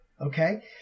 okay